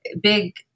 big